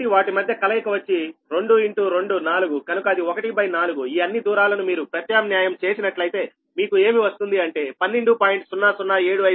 కాబట్టి వాటి మధ్య కలయిక వచ్చి 2 ఇన్ టూ 2 4కనుక అది 1 బై 4 ఈ అన్ని దూరాలను మీరు ప్రత్యామ్న్యాయం చేసినట్లయితే మీకు ఏమి వస్తుంది అంటే 12